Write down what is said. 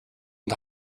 und